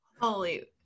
Holy